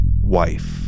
wife